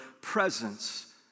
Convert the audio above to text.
presence